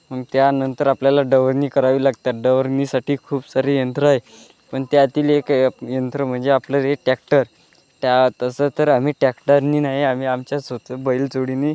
मग त्यानंतर आपल्याला डवरणी करावी लागतात डवरणीसाठी खूप सारी यंत्र आहे पण त्यातील एक य यंत्र म्हणजे आपलं एक टॅक्टर त्या तसं तर आम्ही टॅक्टरनी नाही आम्ही आमच्या स्वतःच्या बैलजोडीने